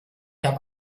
habe